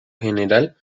general